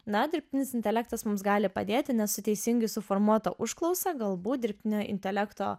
na dirbtinis intelektas mums gali padėti nes teisingai suformuota užklausa galbūt dirbtinio intelekto